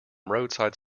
roadside